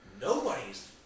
Nobody's